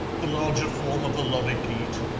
the larger form of a lorikeet?